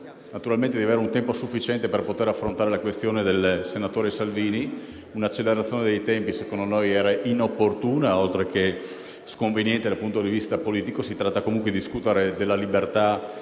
chiesto di avere un tempo sufficiente per poter affrontare la questione del senatore Salvini. Un'accelerazione dei tempi - secondo noi - era inopportuna oltre che sconveniente dal punto di vista politico, perché si tratta comunque di discutere di